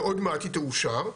ועוד מעט היא תאושר,